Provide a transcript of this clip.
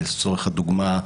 לצורך הדוגמה,